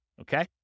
Okay